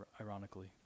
Ironically